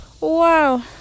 wow